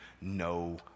no